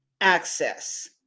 access